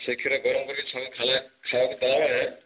ସେ କ୍ଷୀର ଗରମ କରିକି ଛୁଆଙ୍କୁ ଖାଇବା ଖାଇବାକୁ ଦେଲାବେଳେ